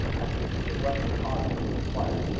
that's the secret weapon of posits is the quire.